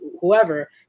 whoever